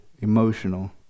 emotional